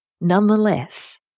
Nonetheless